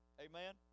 Amen